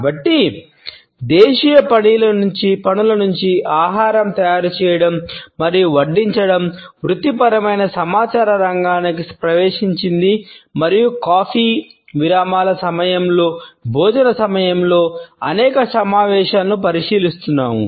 కాబట్టి దేశీయ పనుల నుండి ఆహారం తయారుచేయడం మరియు వడ్డించడం వృత్తిపరమైన సమాచార రంగానికి ప్రవేశించింది మరియు కాఫీ విరామాల సమయంలో భోజన సమయంలో అనేక సమావేశాలను పరిశీలిస్తున్నాము